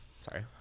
sorry